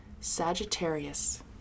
Sagittarius